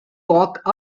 walk